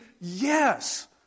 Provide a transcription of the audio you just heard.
yes